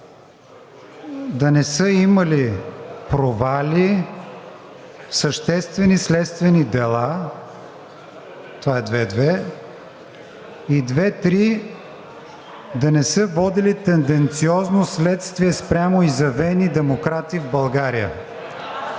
Да не са имали провали в съществени следствени дела. 2.3. Да не са водили тенденциозно следствие спрямо изявени демократи в България.“